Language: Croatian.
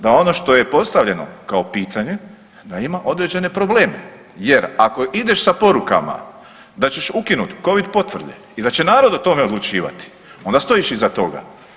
Da ono što je postavljeno kao pitanje da ima određene probleme, jer ako ideš sa porukama da ćeš ukinuti covid potvrde i da će narod o tome odlučivati onda stojiš iza toga.